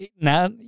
Now